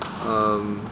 um